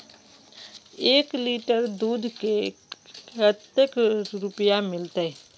एक लीटर दूध के कते रुपया मिलते?